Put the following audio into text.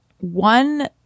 one